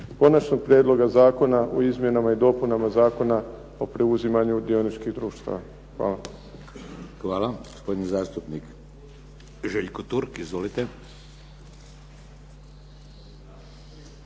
Konačnog prijedloga zakona u izmjenama i dopunama Zakona o preuzimanju dioničkih društava. Hvala. **Šeks, Vladimir (HDZ)** Hvala. Gospodin zastupnik Željko Turk. Izvolite.